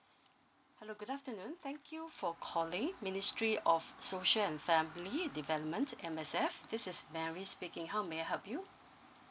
hello good afternoon thank you for calling ministry of social and family development M_S_F this is mary speaking how may I help you